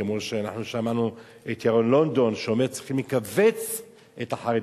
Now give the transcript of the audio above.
כמו שאנחנו שמענו את ירון לונדון אומר: צריכים לכווץ את החרדים,